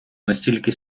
настільки